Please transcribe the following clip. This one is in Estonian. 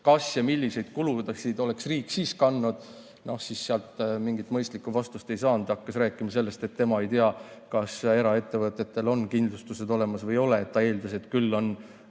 kas ja milliseid kulusid oleks riik siis kandnud. Sealt mingit mõistlikku vastust ei saanud, hakkas rääkima sellest, et tema ei tea, kas eraettevõtetel on kindlustused olemas või ei ole. Ta eeldas, et küll on